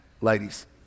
ladies